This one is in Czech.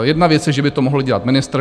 Jedna věc je, že by to mohl dělat ministr.